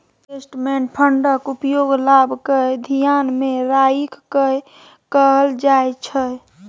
investment फंडक उपयोग लाभ केँ धियान मे राइख कय कअल जाइ छै